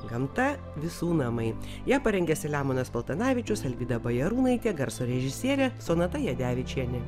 gamta visų namai ją parengė selemonas paltanavičius alvyda bajarūnaitė garso režisierė sonata jadevičienė